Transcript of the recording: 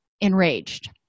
enraged